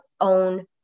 own